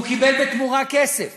והוא קיבל בתמורה כסף